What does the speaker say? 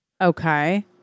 Okay